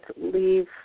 leave